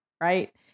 Right